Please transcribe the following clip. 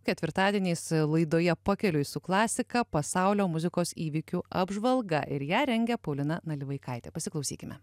ketvirtadieniais laidoje pakeliui su klasika pasaulio muzikos įvykių apžvalga ir ją rengė paulina nalivaikaitė pasiklausykime